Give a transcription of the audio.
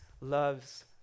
loves